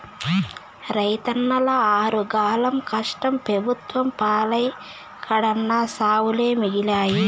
రైతన్నల ఆరుగాలం కష్టం పెబుత్వం పాలై కడన్నా సావులే మిగిలాయి